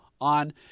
on